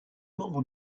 membre